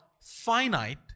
finite